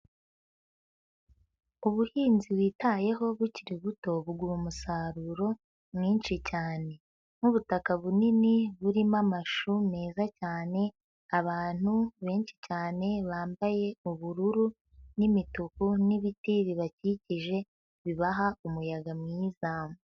Ubuhinzi witayeho bukiri buto, buguha umusaruro mwinshi cyane. Nk'ubutaka bunini burimo amashu meza cyane, abantu benshi cyane bambaye ubururu n'imituku n'ibiti bibakikije, bibaha umuyaga mwiza.